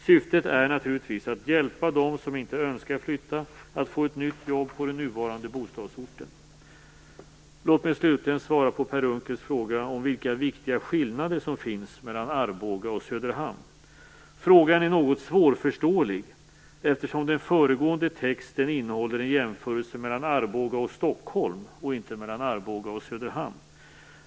Syftet är naturligtvis att hjälpa dem som inte önskar flytta att få ett nytt jobb på den nuvarande bostadsorten. Låt mig slutligen svara på Per Unckels fråga om vilka viktiga skillnader som finns mellan Arboga och Söderhamn. Frågan är något svårförståelig, eftersom den föregående texten innehåller en jämförelse mellan Arboga och Stockholm och inte mellan Arboga och Söderhamn.